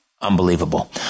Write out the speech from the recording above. Unbelievable